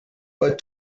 but